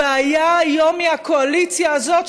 הבעיה היום היא הקואליציה הזאת,